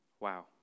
Wow